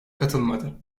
katılmadı